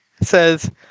says